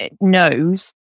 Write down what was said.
knows